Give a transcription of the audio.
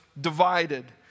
divided